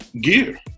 gear